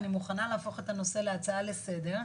אני מוכנה להפוך את הנושא להצעה לסדר,